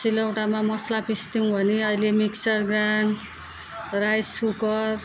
सिलौटामा मसाला पिस्ने गर्थ्यौँ भने अहिले मिक्सर ग्राइन्डर राइस कुकुर